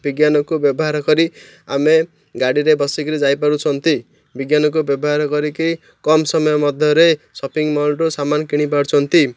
ବିଜ୍ଞାନକୁ ବ୍ୟବହାର କରି ଆମେ ଗାଡ଼ିରେ ବସିକିରି ଯାଇପାରୁଛନ୍ତି ବିଜ୍ଞାନକୁ ବ୍ୟବହାର କରିକି କମ୍ ସମୟ ମଧ୍ୟରେ ସପିଂ ମଲ୍ରୁ ସାମାନ୍ କିଣିପାରୁଛନ୍ତି